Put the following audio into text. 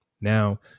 Now